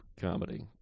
comedy